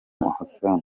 hussein